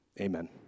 Amen